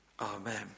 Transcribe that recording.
Amen